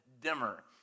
dimmer